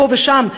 פה ושם,